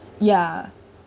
ya